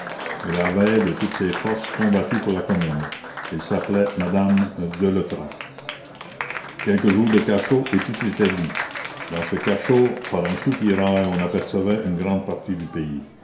elle avait de toutes ses forces combattu pour la commune elle s'appelait madame deletras quelques jours de cachot et tout était dit dans ce cachot par un soupirail on apercevait une grande partie du pays